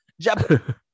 Japan